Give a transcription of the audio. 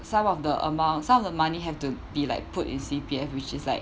some of the amount some of the money have to be like put in C_P_F which is like